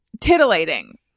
titillating